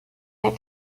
der